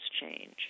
change